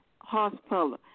hospital